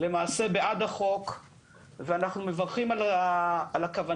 למעשה בעד החוק ואנחנו מברכים על הכוונה